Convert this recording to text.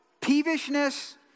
peevishness